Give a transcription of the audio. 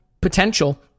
potential